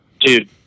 Dude